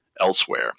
elsewhere